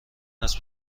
است